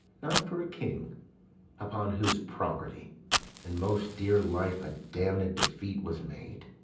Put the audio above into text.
not for a king upon whose property and most dear life a damn'd defeat was made.